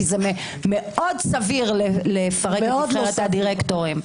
כי זה מאוד סביר לפרק את נבחרת הדירקטורים.